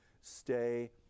stay